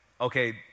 okay